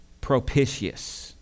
propitious